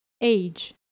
age